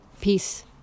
Peace